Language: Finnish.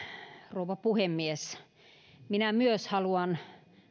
rouva puhemies myös minä haluan